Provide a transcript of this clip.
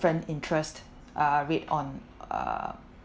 different interest uh rate on err